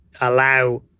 allow